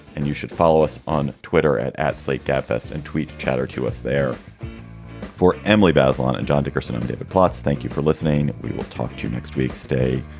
and you should follow us on twitter at at slate gabfests and tweet chatter to us there for emily bazelon and john dickerson and david plotz. thank you for listening we will talk to you next week. stay.